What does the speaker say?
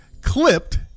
Clipped